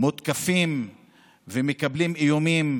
מותקפים ומקבלים איומים